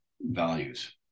values